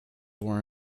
were